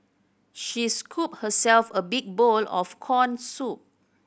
she scooped herself a big bowl of corn soup